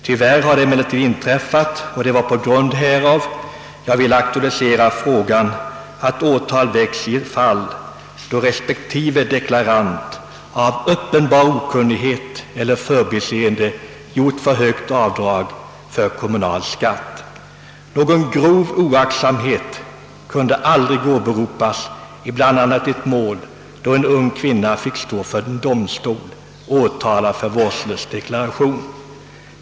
Tyvärr har det emellertid inträffat — och det var på grund härav jag ville aktualisera frågan — att åtal väckts i ett fall då vederbörande deklarant av uppenbar okunnighet eller av förbiseende gjort för högt avdrag för kommunal skatt. Någon grov oaktsamhet kunde aldrig åberopas i bl.a. ett mål, då en ung kvinna fick stå inför domstol åtalad för vårdslös deklaration.